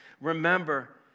Remember